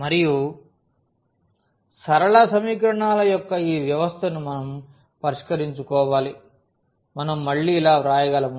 మరియు సరళ సమీకరణాల యొక్క ఈ వ్యవస్థను మనం పరిష్కరించుకోవాలి మనం మళ్ళీ ఇలా వ్రాయగలము